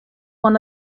one